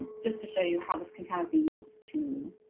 just to show you how this can kind of be used to